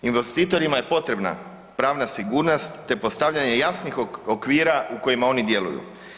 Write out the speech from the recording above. Investitorima je potrebna pravna sigurnost te postavljanje jasnih okvira u kojima oni djeluju.